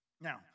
Now